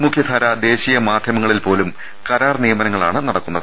മുഖ്യധാര ദേശീയ മാധ്യമങ്ങ ളിൽപ്പോലും കരാർ നിയമനങ്ങളാണ് നടക്കുന്നത്